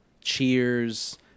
cheers